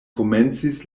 komencis